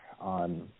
on